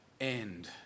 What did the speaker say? end